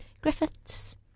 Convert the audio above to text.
Griffiths